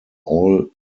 all